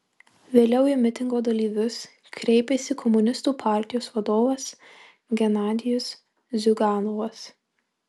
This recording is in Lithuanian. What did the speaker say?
vėliau į mitingo dalyvius kreipėsi komunistų partijos vadovas genadijus ziuganovas